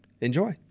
Enjoy